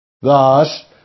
Thus